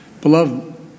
beloved